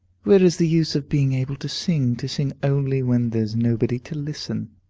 where is the use of being able to sing, to sing only when there's nobody to listen?